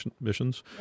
missions